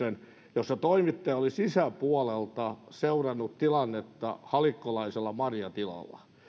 jossa toimittaja oli sisäpuolelta seurannut tilannetta halikkolaisella marjatilalla